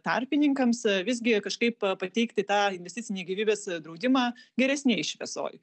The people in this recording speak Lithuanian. tarpininkams visgi kažkaip pateikti tą investicinį gyvybės draudimą geresnėj šviesoj